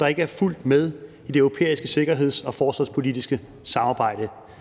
der ikke er fuldt med i det europæiske sikkerheds- og forsvarspolitiske samarbejde.